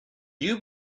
you